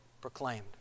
proclaimed